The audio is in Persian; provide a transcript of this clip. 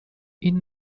این